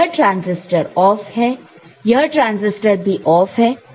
तो यह transistor off है यह ट्रांसिस्टर भी ऑफ है